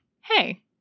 hey